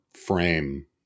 frame